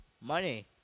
Money